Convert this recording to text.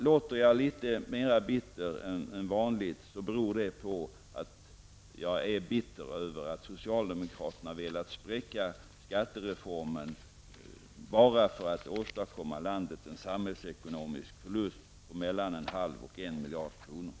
Låter jag litet mera bitter än vanligt beror det på att jag är bitter över att socialdemokraterna har velat spräcka skattereformen bara för att ådra landet en samhällsekonomisk förlust på mellan 0,5 och 1